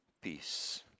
peace